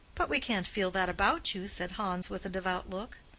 but we can't feel that about you, said hans, with a devout look.